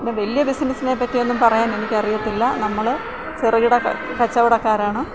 പിന്നെ വലിയ ബിസിനസിനെ പറ്റിയൊന്നും പറയാൻ എനിക്ക് അറിയത്തില്ല നമ്മൾ ചെറുകിട കച്ചവടക്കാരാണ്